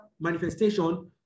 manifestation